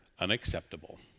unacceptable